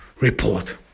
report